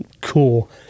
Cool